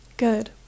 good